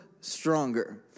stronger